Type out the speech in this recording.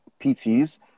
pts